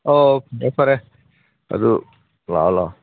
ꯑꯣ ꯐꯔꯦ ꯐꯔꯦ ꯑꯗꯨ ꯂꯥꯛꯑꯣ ꯂꯥꯛꯑꯣ